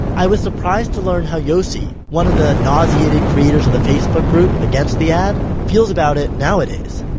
i was surprised to learn how yossi, one of the nauseated creators of the facebook group against the ad, feels about it nowadays.